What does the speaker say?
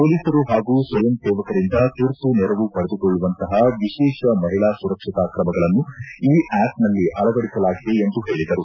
ಪೊಲೀಸರು ಹಾಗೂ ಸ್ವಯಂ ಸೇವಕರಿಂದ ತುರ್ತು ನೆರವು ಪಡೆದುಕೊಳ್ಳುವಂತಹ ವಿಶೇಷ ಮಹಿಳಾ ಸುರಕ್ಷತಾ ಕ್ರಮಗಳನ್ನು ಈ ಆಸ್ನಲ್ಲಿ ಅಳವಡಿಸಲಾಗಿದೆ ಎಂದು ಹೇಳಿದರು